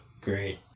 Great